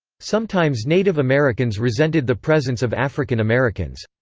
sometimes native americans resented the presence of african americans.